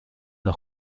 los